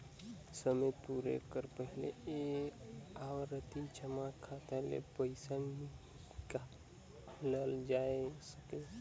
समे पुरे कर पहिले ए आवरती जमा खाता ले पइसा नी हिंकालल जाए सके